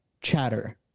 chatter